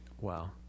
wow